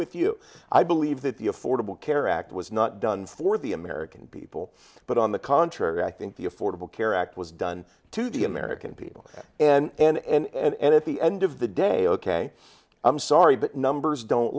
with you i believe that the affordable care act was not done for the american people but on the contrary i think the affordable care act was done to the american people and at the end of the day ok i'm sorry but numbers don't